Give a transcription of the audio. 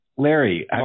Larry